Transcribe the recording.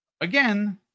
Again